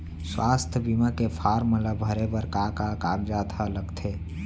स्वास्थ्य बीमा के फॉर्म ल भरे बर का का कागजात ह लगथे?